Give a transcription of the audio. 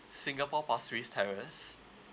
singapore pasir ris terrace